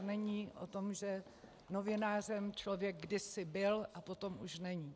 To není o tom, že novinářem člověk kdysi byl a potom už není.